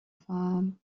fahren